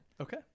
Okay